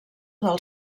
del